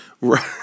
Right